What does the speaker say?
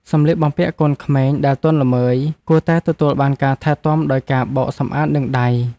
សម្លៀកបំពាក់កូនក្មេងដែលទន់ល្មើយគួរតែទទួលបានការថែទាំដោយការបោកសម្អាតនឹងដៃ។